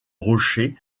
rocher